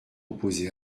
opposée